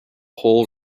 hull